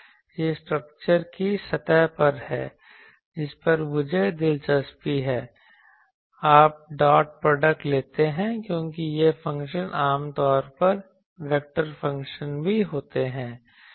यह स्ट्रक्चर की सतह पर है जिस पर मुझे दिलचस्पी है आप डॉट प्रोडक्ट लेते हैं क्योंकि ये फ़ंक्शन आम तौर पर वेक्टर फ़ंक्शन भी होते हैं